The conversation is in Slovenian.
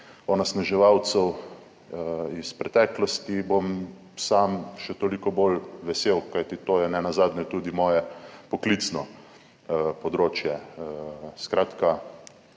onesnaževalcev iz preteklosti, bom sam še toliko bolj vesel, kajti to je nenazadnje tudi moje poklicno področje. Skratka